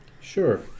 sure